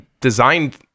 designed